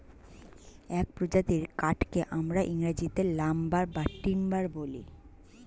এক প্রজাতির কাঠকে আমরা ইংরেজিতে লাম্বার বা টিম্বার বলি